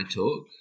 talk